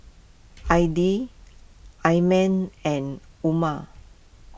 Aidil Iman and Umar